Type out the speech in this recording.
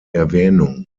erwähnung